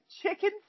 chicken